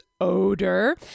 odor